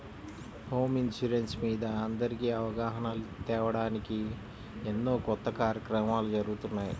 home insurance మీద అందరికీ అవగాహన తేవడానికి ఎన్నో కొత్త కార్యక్రమాలు జరుగుతున్నాయి